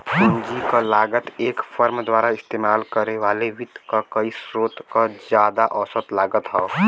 पूंजी क लागत एक फर्म द्वारा इस्तेमाल करे वाले वित्त क कई स्रोत क जादा औसत लागत हौ